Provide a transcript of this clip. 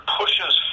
pushes